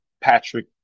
Patrick